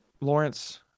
Lawrence